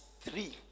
three